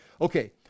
Okay